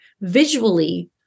visually